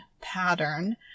pattern